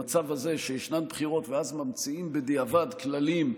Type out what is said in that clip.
המצב הזה שישנן בחירות ואז ממציאים בדיעבד כללים,